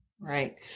Right